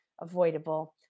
avoidable